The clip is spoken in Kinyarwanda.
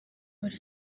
buri